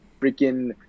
freaking